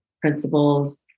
principles